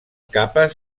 capes